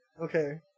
Okay